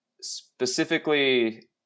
specifically